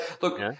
look